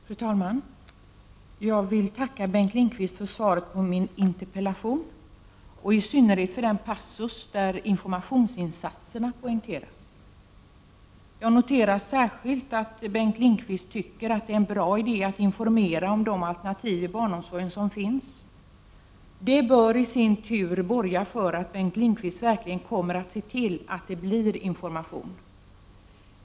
Fru talman! Jag vill tacka Bengt Lindqvist för svaret på min interpellation och i synnerhet för den passus där informationsinsatserna poängteras. Jag noterar särskilt att Bengt Lindqvist tycker att det är en bra idé att informera om de alternativ som finns inom barnomsorgen. Detta bör i sin tur borga för att Bengt Lindqvist verkligen kommer att se till att information går ut.